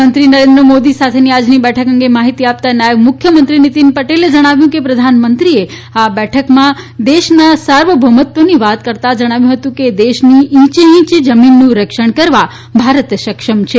પ્રધાનમંત્રી નરેન્દ્ર મોદી સાથેની આજની બેઠક અંગે માહિતી આપતા નાયબ મુખ્યમંત્રી નીતિન પટેલે જણાવ્યું હતું કે પ્રધાનમંત્રીએ આ બેઠકમાં દેશના સાર્વભૌમત્વની વાત કરતા જણાવ્યું હતું કે દેશની ઇંચે ઇંચ જમીનનું રક્ષણ કરવા ભારત સક્ષમ છે